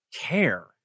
care